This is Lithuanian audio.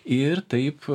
ir taip